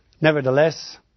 Nevertheless